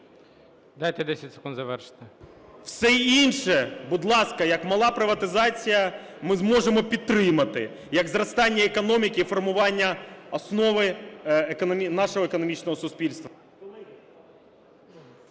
Дайте 10 секунд завершити. ІВЧЕНКО В.Є. Все інше, будь ласка, як мала приватизація ми зможемо підтримати, як зростання економіки і формування основи нашого економічного суспільства.